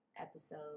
episode